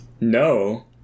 No